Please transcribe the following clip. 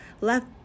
left